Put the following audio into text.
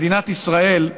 מדינת ישראל,